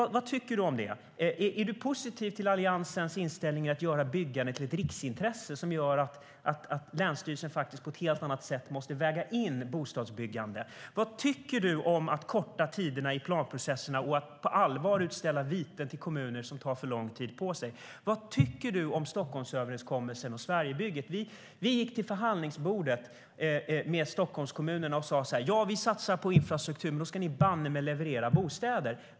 Är du positiv till Alliansens inställning att göra byggandet till ett riksintresse som gör att länsstyrelser måste väga in bostadsbyggande på ett helt annat sätt? Vad tycker du om att korta ned tiderna i planprocesserna och att på allvar utdöma viten för kommuner som tar för lång tid på sig? Vad tycker du om Stockholmsöverenskommelsen och Sverigebygget? Vi gick till förhandlingsbordet med Stockholmskommunerna och sa: Vi satsar på infrastruktur, men då ska ni banne oss leverera bostäder.